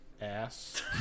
ass